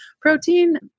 protein